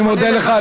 אני מודה לך,